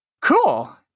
cool